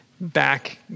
back